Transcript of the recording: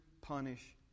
punish